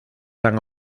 han